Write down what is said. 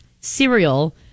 cereal